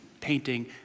painting